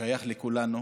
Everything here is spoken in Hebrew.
ששייך לכולנו.